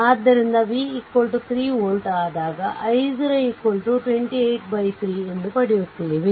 ಆದ್ದರಿಂದ v 3 volt ಆದಾಗ i0 283 ಎಂದು ಪಡೆಯುತ್ತೇವೆ